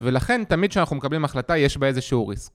ולכן תמיד כשאנחנו מקבלים החלטה יש בה איזה שהוא ריסק